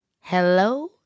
Hello